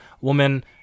woman